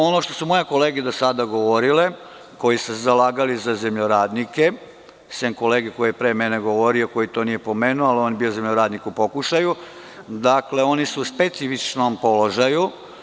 Ono što su moje kolege do sada govorile, koji su se zalagali za zemljoradnike, sem kolege koji je pre mene govorio, koji to nije pomenuo, ali on je bio zemljoradnik u pokušaju, dakle, oni su u specifičnom položaju.